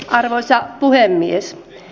arvoisa puhemies